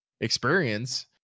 experience